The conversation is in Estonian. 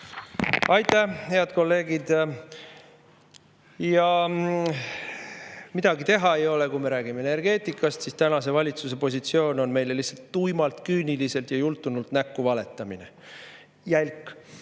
Aitäh, head kolleegid! Ja midagi teha ei ole, kui me räägime energeetikast, siis tänase valitsuse positsioon on meile lihtsalt tuimalt, küüniliselt ja jultunult näkku valetamine. Jälk!